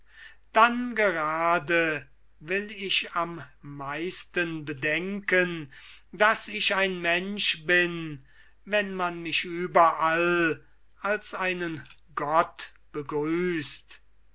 dann gerade will ich am meisten bedenken daß ich ein mensch bin wenn man mich überall als einen gott begrüßt